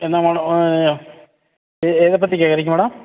என்ன மேடம் எ எதை பற்றி கேட்கறீங்க மேடம்